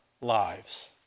lives